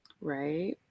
Right